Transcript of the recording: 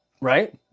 right